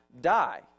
die